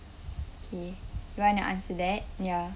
okay you want to answer that ya